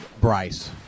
Bryce